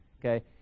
okay